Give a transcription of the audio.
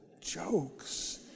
jokes